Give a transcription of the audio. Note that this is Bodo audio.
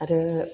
आरो